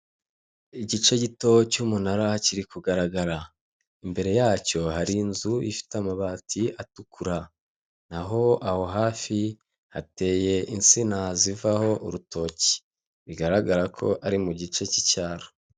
Igice gito cy'umunara kiri kugaragara, imbere yacyo hari inzu ifite amabati atukura. Naho aho hafi hateye insina zivaho urutoki bigaragara ko ari mu gice cy'icyaro.